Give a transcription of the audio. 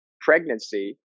pregnancy